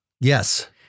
Yes